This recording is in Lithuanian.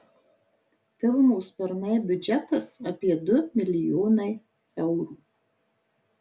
filmo sparnai biudžetas apie du milijonai eurų